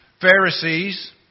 Pharisees